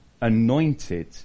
anointed